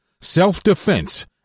self-defense